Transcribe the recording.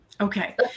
Okay